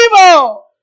evil